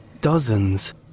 dozens